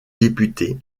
députés